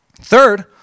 Third